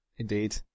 Indeed